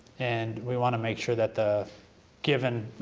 and we want to make sure that the given,